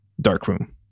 Darkroom